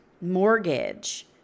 mortgage